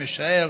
משער,